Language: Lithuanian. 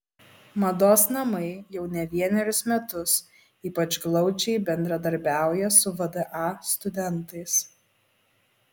mados namai jau ne vienerius metus ypač glaudžiai bendradarbiauja su vda studentais